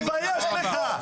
תתבייש לך.